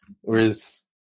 Whereas